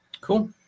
Cool